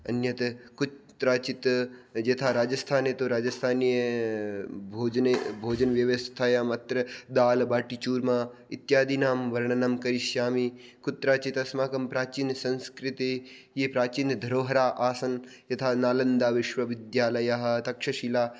अन्यत् कुत्रचित् यथा राजस्थाने तु राजस्थानीय भोजने भोजनव्यवस्थायाम् अत्र दाल् बाटि चुर्मा इत्यादीनां वर्णनं करिष्यामि कुत्रचित् अस्माकं प्राचीनसंस्कृतिः प्राचीन धरोहरा आसन् यथा नलन्दाविश्वविद्यालयः तक्षशिला